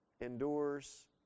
endures